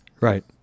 Right